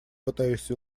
пытаясь